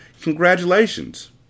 Congratulations